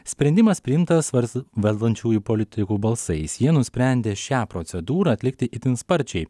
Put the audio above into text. sprendimas priimtas svars valdančiųjų politikų balsais jie nusprendė šią procedūrą atlikti itin sparčiai